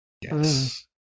Yes